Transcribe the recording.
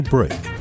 Break